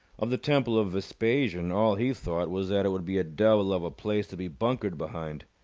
of the temple of vespasian, all he thought was that it would be a devil of a place to be bunkered behind.